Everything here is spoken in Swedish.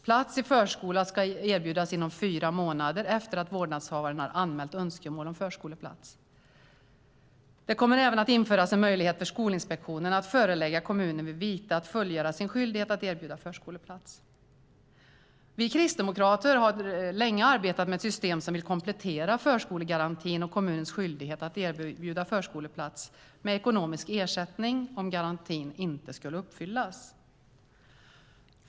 Plats i förskola ska erbjudas inom fyra månader efter att vårdnadshavaren har anmält önskemål om förskoleplats. Det kommer även att införas en möjlighet för Skolinspektionen att vid vite förelägga kommuner att fullgöra sin skyldighet att erbjuda förskoleplats. Vi kristdemokrater har länge arbetat med ett system för att komplettera förskolegarantin och kommunernas skyldighet att erbjuda förskoleplats så att ekonomisk ersättning utgår om garantin inte uppfylls.